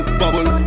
bubble